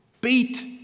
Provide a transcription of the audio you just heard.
beat